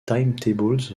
timetables